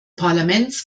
parlaments